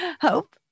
Hope